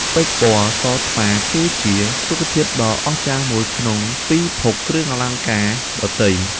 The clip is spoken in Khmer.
ពេជ្រ ពណ៌សថ្លា គឺជារូបធាតុដ៏អស្ចារ្យមួយក្នុងពីភពគ្រឿងអលង្ការដទៃ។